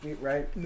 right